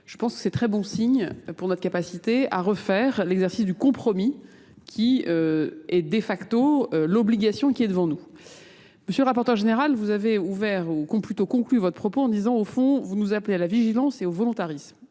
Je pense que c'est un très bon signe pour notre capacité à refaire l'exercice du compromis, qui est de facto l'obligation qui est devant nous. Monsieur le rapporteur général, vous avez ouvert ou plutôt conclu votre propos en disant au fond, vous nous appelez à la vigilance et au volontarisme.